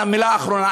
מילה אחרונה,